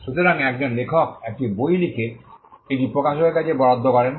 সুতরাং একজন লেখক একটি বই লিখে এটি প্রকাশকের কাছে বরাদ্দ করেন